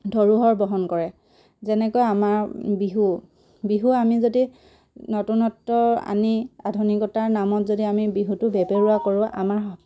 ধৰোহৰ বহন কৰে যেনেকৈ আমাৰ বিহু বিহু আমি যদি নতুনত্ব আনি আধুনিকতাৰ নামত যদি আমি বিহুটো বেপেৰুৱা কৰোঁ আমাৰ